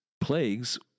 Plagues